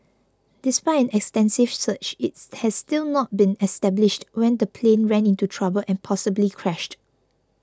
despite an extensive search it's has still not been established when the plane ran into trouble and possibly crashed